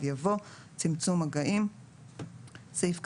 (הגבלת פעילות של מוסדות המקיימים